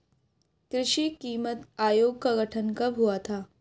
कृषि कीमत आयोग का गठन कब हुआ था?